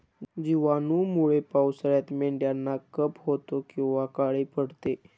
जिवाणूंमुळे पावसाळ्यात मेंढ्यांना कफ होतो किंवा काळी पडते